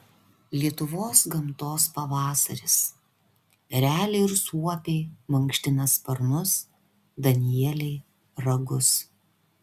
lietuvos gamtos pavasaris ereliai ir suopiai mankština sparnus danieliai ragus